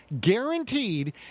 guaranteed